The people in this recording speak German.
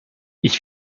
ich